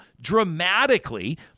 dramatically